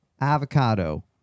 avocado